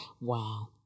Wow